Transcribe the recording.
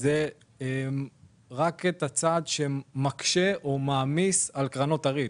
זה צעד שמקשה, שמעמיס על קרנות הריט.